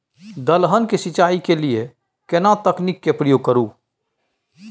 दलहन के सिंचाई के लिए केना तकनीक के प्रयोग करू?